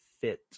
fit